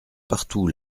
partout